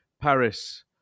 Paris